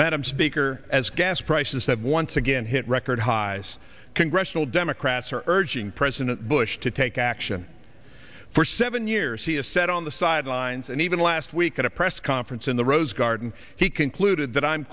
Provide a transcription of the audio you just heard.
madam speaker as gas prices have once again hit record highs congressional democrats are urging president bush to take action for seven years he has said on the sidelines and even last week at a press conference in the rose garden he concluded that i'm